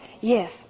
Yes